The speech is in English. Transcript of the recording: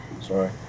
Sorry